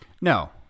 No